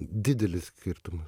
didelis skirtumas